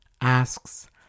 asks